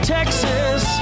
Texas